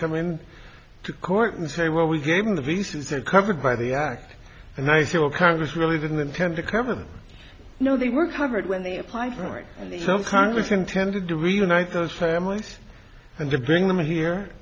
come in to court and say well we gave him the visas are covered by the act and i feel congress really didn't intend to cover you know they were covered when they apply for it so congress intended to reunite those families and to bring them here